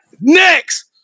next